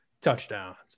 touchdowns